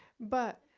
but,